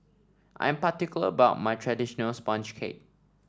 I'm particular about my traditional sponge cake